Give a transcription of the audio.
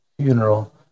funeral